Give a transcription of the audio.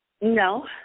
No